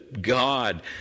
God